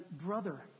brother